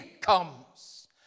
comes